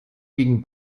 gegen